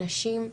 נשים,